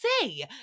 say